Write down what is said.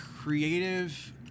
Creative